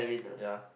ya